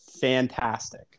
fantastic